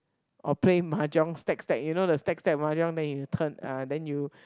or play mahjong stack stack you know the stack stack mahjong then you turn uh then you